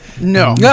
No